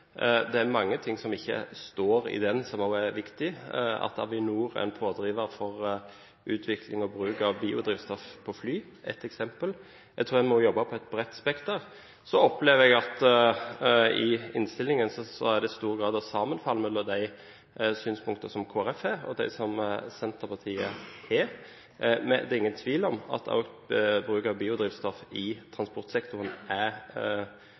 Det er mange ting som ikke står i den, som også er viktig. At Avinor er en pådriver for utvikling og bruk av biodrivstoff på fly, er ett eksempel. Jeg tror vi må jobbe på et bredt spekter. Så opplever jeg at det i innstillingen er en stor grad av sammenfall mellom de synspunktene som Kristelig Folkeparti har, og dem som Senterpartiet har. Men det er ingen tvil om at økt bruk av biodrivstoff i transportsektoren er